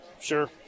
Sure